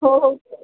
हो हो